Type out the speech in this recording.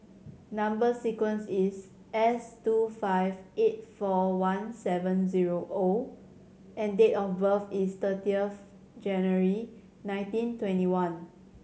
number sequence is S two five eight four one seven zero O and date of birth is thirtieth January nineteen twenty one